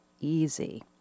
easy